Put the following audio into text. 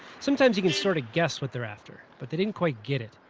sometimes you can sort of guess what they were after, but they didn't quite get it.